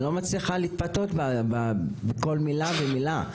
אני לא מצליחה להתבטא בכל מילה ומילה.